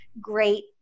great